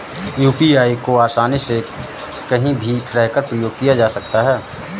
UPI को आसानी से कहीं भी रहकर प्रयोग किया जा सकता है